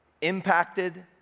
impacted